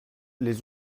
les